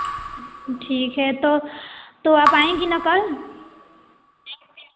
ठीक है तो तो आप आएँगी ना कल